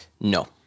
No